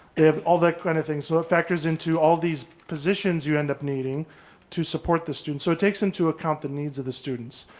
if all that kind of thing. so it factors into all these positions you end up needing to support the students. so it takes into account the needs of the students.